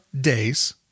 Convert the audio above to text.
days